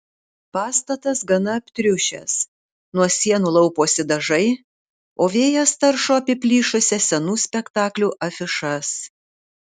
pastatas gana aptriušęs nuo sienų lauposi dažai o vėjas taršo apiplyšusias senų spektaklių afišas